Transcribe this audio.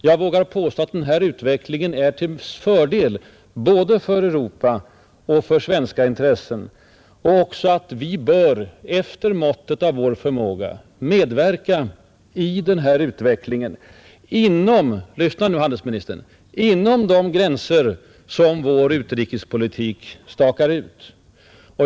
Jag vågar påstå att utvecklingen är till fördel för både Europa och svenska intressen och också att vi bör, efter måttet av vår förmåga, medverka inom — lyssna nu, handelsministern! — de gränser som vår utrikespolitik stakar ut.